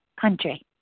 country